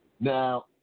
Now